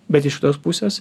bet iš tos pusės